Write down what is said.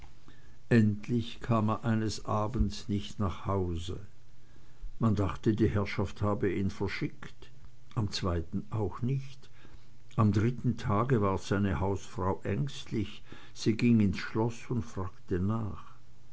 endlich kam er eines abends nicht nach hause man dachte die herrschaft habe ihn verschickt am zweiten auch nicht am dritten tage ward seine hausfrau ängstlich sie ging ins schloß und fragte nach